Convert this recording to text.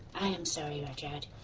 i am sorry, rudyard.